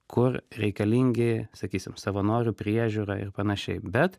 kur reikalingi sakysim savanorių priežiūra ir panašiai bet